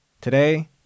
Today